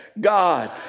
God